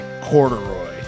Corduroy